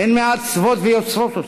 הן מעצבות ויוצרות אותה.